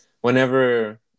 whenever –